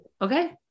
okay